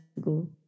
go